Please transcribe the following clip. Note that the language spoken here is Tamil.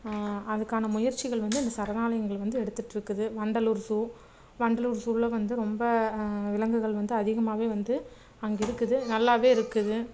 அதுக்கான முயற்சிகள் வந்து இந்த சரணாலயங்கள் வந்து எடுத்துகிட்ருக்குது வண்டலூர் ஜூ வண்டலூர் ஜூவில் வந்து ரொம்ப விலங்குகள் வந்து அதிகமாகவே வந்து அங்கே இருக்குது நல்லாவே இருக்குது